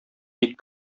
ник